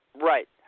right